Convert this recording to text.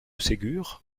ségur